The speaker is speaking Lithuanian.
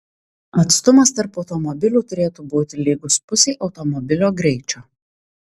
atstumas tarp automobilių turėtų būti lygus pusei automobilio greičio